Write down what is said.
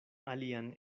alian